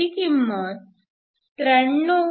ती किंमत 93